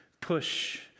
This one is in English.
push